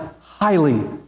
highly